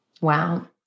Wow